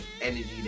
energy